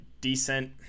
decent